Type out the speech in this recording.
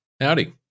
Howdy